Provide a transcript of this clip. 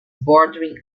bordering